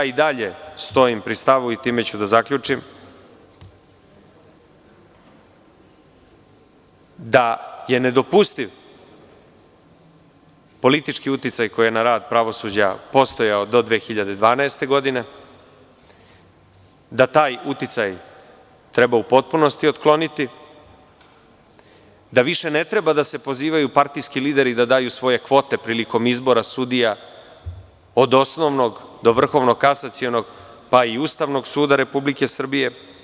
I dalje stojim pri stavu, i time ću da zaključim, da je nedopustiv politički uticaj koji je na rad pravosuđa postojao do 2012. godine, da taj uticaj treba u potpunosti otkloniti, da više ne treba da se pozivaju partijski lideri da daju svoje kvote prilikom izbora sudija od osnovnog, do Vrhovnog kasacionog, pa i Ustavnog suda Republike Srbije.